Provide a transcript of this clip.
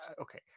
okay